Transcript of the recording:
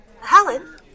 Helen